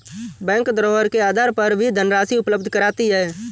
bank धरोहर के आधार पर भी धनराशि उपलब्ध कराती है